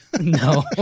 No